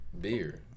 Beer